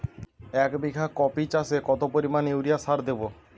এক বিঘা কপি চাষে কত পরিমাণ ইউরিয়া সার দেবো?